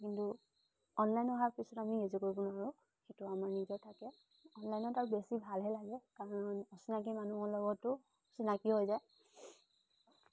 কিন্তু অনলাইন অহাৰ পাছত আমি গেজু কৰিব নোৱাৰোঁ সেইটো আমাৰ নিজৰ লাগে অনলাইনত আৰু বেছি ভালহে লাগে কাৰণ অচিনাকি মানুহৰ লগতো চিনাকি হৈ যায়